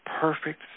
perfect